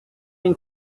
yang